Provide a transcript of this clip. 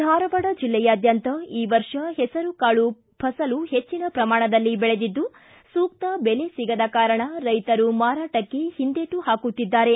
ಧಾರವಾಡ ಜಿಲ್ಲೆಯಾದ್ಯಂತ ಈ ವರ್ಷ ಹೆಸರುಕಾಳು ಫಸಲು ಹೆಚ್ಚಿನ ಪ್ರಮಾಣದಲ್ಲಿ ಬೆಳೆದಿದ್ದು ಸೂಕ್ತ ಬೆಲೆ ಸಿಗದ ಕಾರಣ ರೈತರು ಮಾರಾಟಕ್ಕೆ ಹಿಂದೇಟು ಹಾಕುತ್ತಿದ್ದಾರೆ